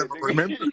remember